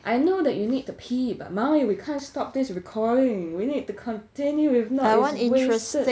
I know that you need to pee but mummy we can't stop this recording we need to continue if not it's wasted